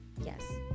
Yes